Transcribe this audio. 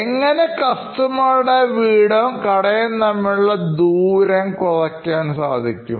എങ്ങനെ കസ്റ്റമറുടെഭവനവും കടയും തമ്മിലുള്ള ദൂരം കുറയ്ക്കുവാൻ സാധിക്കും